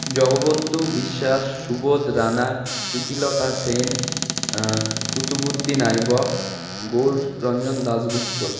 Jagabandhu Biswas Subodh Rana Pritilata Sen Qutubuddin Aibak Ghosh Ranjan Dasgupta